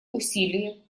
усилия